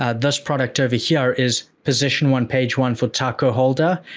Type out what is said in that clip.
ah this product over here is position one page one for taco holder.